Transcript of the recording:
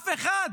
אף אחד.